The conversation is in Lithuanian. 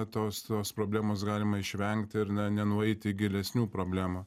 tos tos problemos galima išvengti ir nenueiti gilesnių problemų